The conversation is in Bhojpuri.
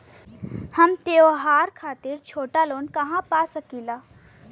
हम त्योहार खातिर छोटा लोन कहा पा सकिला?